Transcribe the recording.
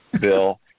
bill